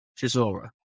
Chisora